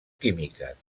químiques